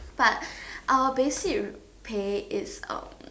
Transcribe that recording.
but our basic pay is um